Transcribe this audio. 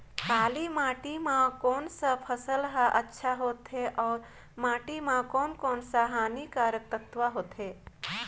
काली माटी मां कोन सा फसल ह अच्छा होथे अउर माटी म कोन कोन स हानिकारक तत्व होथे?